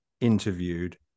interviewed